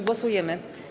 Głosujemy.